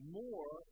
more